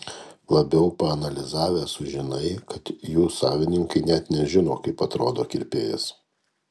labiau paanalizavęs sužinai kad jų savininkai net nežino kaip atrodo kirpėjas